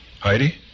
Heidi